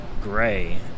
gray